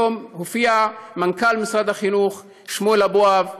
היום הופיע מנכ"ל משרד החינוך, שמואל אבואב,